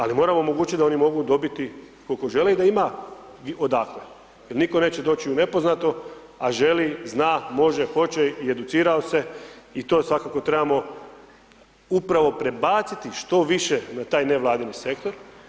Ali, moramo omogućiti da oni mogu dobiti koliko žele i da ima odakle, jel nitko neće doći u nepoznato, a želi, zna, može, hoće i educirao se i to svakako trebamo upravo prebaciti što više na taj nevladin Sektor.